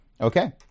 Okay